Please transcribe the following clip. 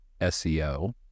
SEO